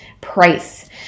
price